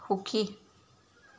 সুখী